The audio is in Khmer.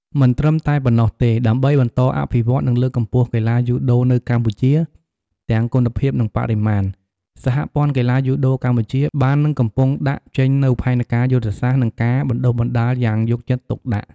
មិនត្រឹមតែប៉ុណ្ណោះទេ ដើម្បីបន្តអភិវឌ្ឍ និងលើកកម្ពស់កីឡាយូដូនៅកម្ពុជា ទាំងគុណភាព និងបរិមាណ សហព័ន្ធកីឡាយូដូកម្ពុជាបាននិងកំពុងដាក់ចេញនូវផែនការយុទ្ធសាស្ត្រ និងការបណ្តុះបណ្តាលយ៉ាងយកចិត្តទុកដាក់ ។